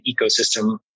ecosystem